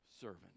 servant